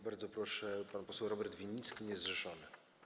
Bardzo proszę, pan poseł Robert Winnicki, niezrzeszony.